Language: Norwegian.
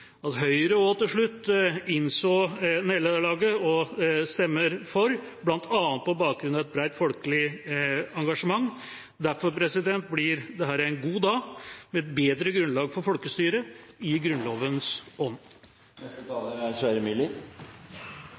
at Høyre også til slutt innså nederlaget og stemmer for, bl.a. på bakgrunn av et bredt, folkelig engasjement. Derfor blir dette en god dag, med et bedre grunnlag for folkestyret, i Grunnlovens ånd.